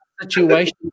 situation